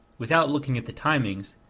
without looking at the timings,